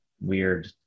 weird